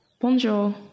Bonjour